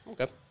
Okay